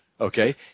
Okay